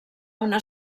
una